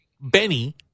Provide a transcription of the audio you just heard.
Benny